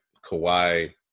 Kawhi